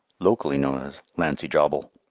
locally known as lancy jobble.